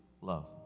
love